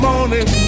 Morning